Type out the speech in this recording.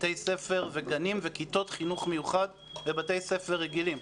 בתי ספר וגנים וכיתות חינוך מיוחד בבתי ספר רגילים.